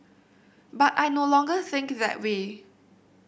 but I no longer think that way